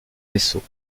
vaisseaux